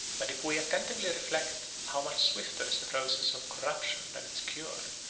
but if we attentively reflect how much swifter is the progress of corruption than its cure,